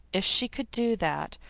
if she could do that,